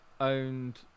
owned